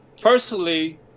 personally